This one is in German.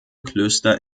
klöster